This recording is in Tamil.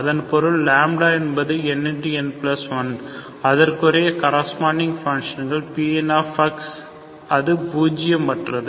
அதன் பொருள் λ என்பது nn1 அதற்குரிய கரஸ்பாண்டிங் ஃபங்ஷன் Pnx அது பூஜியமற்றது